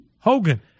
Hogan